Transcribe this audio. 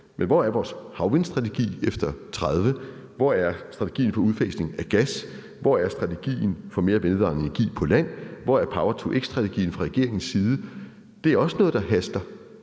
Men hvor er vores havvindstrategi efter 2030? Hvor er strategien for udfasning af gas? Hvor er strategien for mere vedvarende energi på land? Hvor er power-to-x-strategien fra regeringens side? Det er også noget, der haster,